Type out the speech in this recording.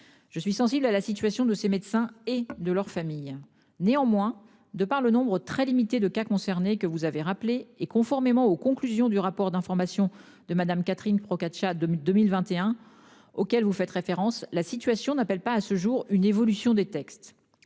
Je suis sensible à la situation de ces médecins et de leurs familles néanmoins de par le nombre très limité de cas concernés que vous avez rappelé et conformément aux conclusions du rapport d'information de Madame. Catherine Procaccia 2002 1021 auquel vous faites référence, la situation n'appelle pas à ce jour une évolution des textes.